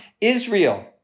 Israel